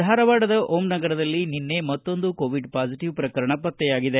ಧಾರವಾಡದ ಓಂ ನಗರದಲ್ಲಿ ನಿನ್ನೆ ಮತ್ತೊಂದು ಕೋವಿಡ್ ಪಾಸಿಟಿವ್ ಪ್ರಕರಣ ಪತ್ತೆಯಾಗಿದೆ